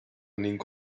ning